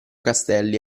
castelli